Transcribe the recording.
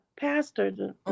pastor